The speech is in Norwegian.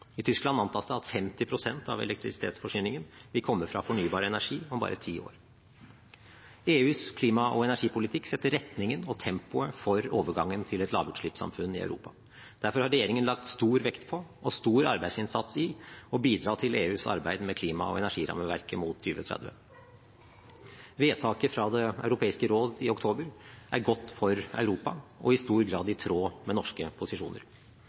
I Tyskland antas det at 50 pst. av elektrisitetsforsyningen vil komme fra fornybar energi om bare ti år. EUs klima- og energipolitikk setter retningen og tempoet for overgangen til et lavutslippssamfunn i Europa. Derfor har regjeringen lagt stor vekt på – og stor arbeidsinnsats i – å bidra til EUs arbeid med klima- og energirammeverket mot 2030. Vedtaket fra Det europeiske råd i oktober er godt for Europa og i stor grad i tråd med norske posisjoner.